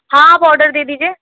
ہاں آپ آڈر دے دیجیے